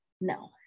No